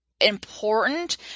important